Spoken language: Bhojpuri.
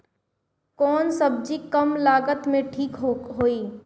कौन सबजी कम लागत मे ठिक होई?